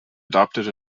adopted